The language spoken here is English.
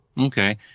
Okay